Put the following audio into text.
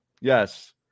Yes